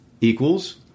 equals